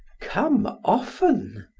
come often,